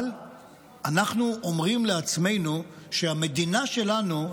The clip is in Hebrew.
אבל אנחנו אומרים לעצמנו שהמדינה שלנו,